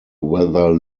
whether